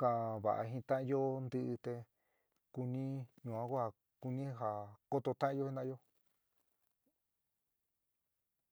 ka'an vaá jin ta'anyo ntɨɨ te kuni yuan kua kuni ja kotó ta'anyo jina'ayo.